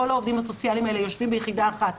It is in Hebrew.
כל העובדים הסוציאליים האלה יושבים ביחידה אחת.